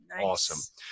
Awesome